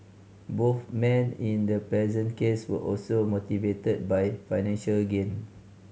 both men in the present case were also motivated by financial gain